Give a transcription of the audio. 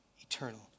eternal